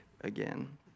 again